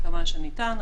כמה שניתן,